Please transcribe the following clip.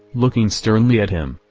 looking sternly at him,